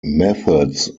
methods